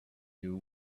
you